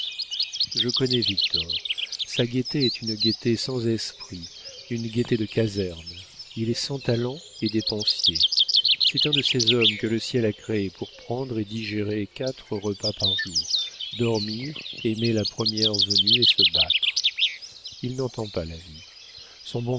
je connais victor sa gaieté est une gaieté sans esprit une gaieté de caserne il est sans talent et dépensier c'est un de ces hommes que le ciel a créés pour prendre et digérer quatre repas par jour dormir aimer la première venue et se battre il n'entend pas la vie son